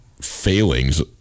failings